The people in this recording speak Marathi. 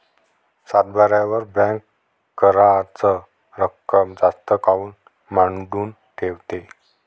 सातबाऱ्यावर बँक कराच रक्कम जास्त काऊन मांडून ठेवते?